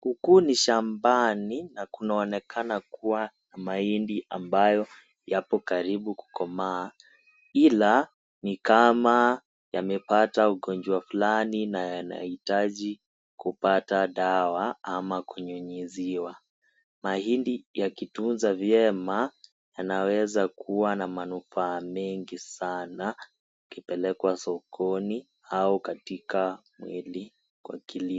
Huku ni Shambani na kunaonekana kuwa mahindi ambayo yapokaribu kukomaa, ila ni kama ya mepata ugonjwa fulani na yanahitaji kupata dawa ama kunyunyiziwa. Mahindi yakitunzwa vyema yanaweza kuwa na manufaa mengi sana yakipelekwa sokoni au katika mwili kwa kilimo.